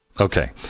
okay